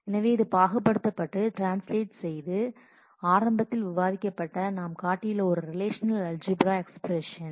எனவே இது பாகுபடுத்தப்பட்டு ட்ரான்ஸ்லேட் செய்து ஆரம்பத்தில் விவாதிக்கப்பட்ட நாம் காட்டியுள்ள ஒரு ரிலேஷநல் அல்ஜிபிரா எஸ்பிரஸன்